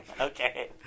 Okay